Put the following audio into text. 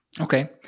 Okay